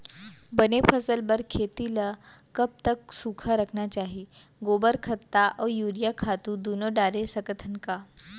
बने फसल बर खेती ल कब कब सूखा रखना चाही, गोबर खत्ता और यूरिया खातू दूनो डारे सकथन का?